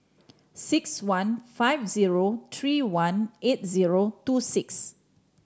six one five zero three one eight zero two six